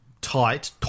tight